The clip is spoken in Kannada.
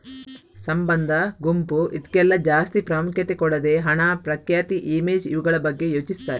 ಸಂಬಂಧ, ಗುಂಪು ಇದ್ಕೆಲ್ಲ ಜಾಸ್ತಿ ಪ್ರಾಮುಖ್ಯತೆ ಕೊಡದೆ ಹಣ, ಪ್ರಖ್ಯಾತಿ, ಇಮೇಜ್ ಇವುಗಳ ಬಗ್ಗೆ ಯೋಚಿಸ್ತಾರೆ